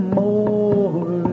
more